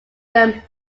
behind